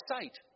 sight